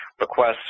requests